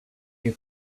you